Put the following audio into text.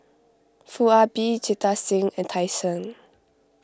Foo Ah Bee Jita Singh and Tan Shen